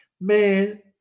Man